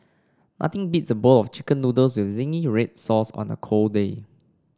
nothing beats a bowl of chicken noodles with zingy red sauce on a cold day